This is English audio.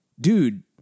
dude